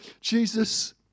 Jesus